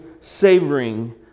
savoring